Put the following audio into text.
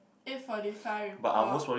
eight forty five report